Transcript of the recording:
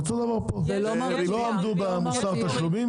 אותו הדבר פה; לא עמדו במוסר התשלומים?